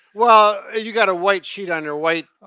well, you got a white sheet on your white,